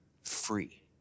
free